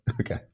Okay